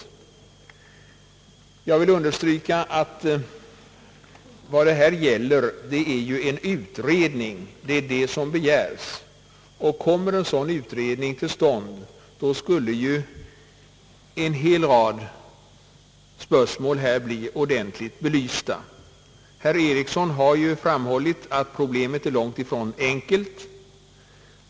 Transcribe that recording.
Vidare vill jag understryka att det är en utredning som begärs. Kommer en utredning till stånd, kan en hel rad spörsmål bli ordentligt belysta. Herr Einar Eriksson har framhållit att problemet är långt ifrån enkelt.